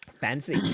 Fancy